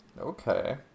Okay